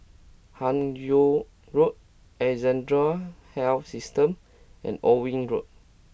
Hun Yeang Road Alexandra Health System and Owen Road